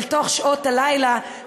אל תוך שעות הלילה,